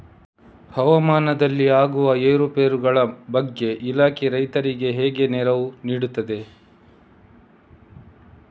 ಹವಾಮಾನದಲ್ಲಿ ಆಗುವ ಏರುಪೇರುಗಳ ಬಗ್ಗೆ ಇಲಾಖೆ ರೈತರಿಗೆ ಹೇಗೆ ನೆರವು ನೀಡ್ತದೆ?